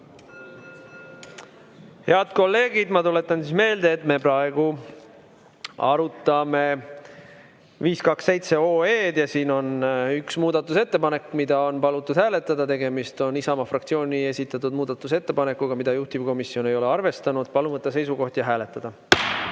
Head kolleegid, ma tuletan meelde, et me praegu arutame eelnõu 527 ja siin on üks muudatusettepanek, mida on palutud hääletada. Tegemist on Isamaa fraktsiooni esitatud muudatusettepanekuga, mida juhtivkomisjon ei ole arvestanud. Palun võtta seisukoht ja hääletada!